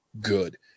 good